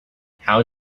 how